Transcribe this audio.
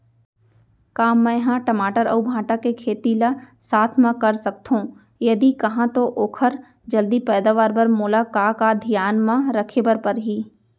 का मै ह टमाटर अऊ भांटा के खेती ला साथ मा कर सकथो, यदि कहाँ तो ओखर जलदी पैदावार बर मोला का का धियान मा रखे बर परही?